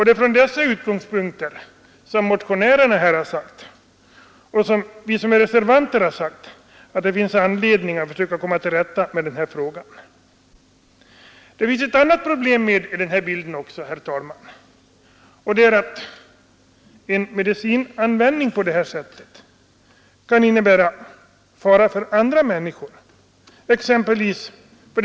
Det är från dessa utgångspunkter som motionärerna och reservanterna har sagt att det finns anledning att försöka komma till rätta med den här frågan. Det finns också ett annat problem i detta sammanhang. En medicinanvändning på detta sätt kan innebära fara också för andra människor.